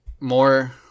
more